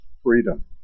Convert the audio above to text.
Freedom